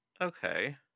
Okay